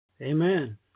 Amen